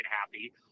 happy